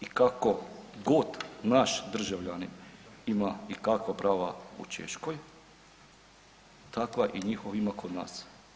I kako god naš državljanin ima i kakva prava u Češkoj, tako i njihov ima kod nas.